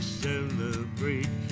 celebrate